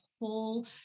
whole